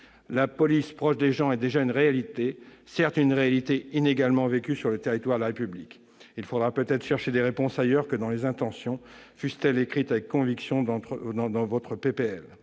La police proche des gens est déjà une réalité, même si cette réalité est inégalement vécue sur le territoire de la République. Il faudra peut-être chercher des réponses ailleurs que dans les intentions, fussent-elles écrites avec conviction dans votre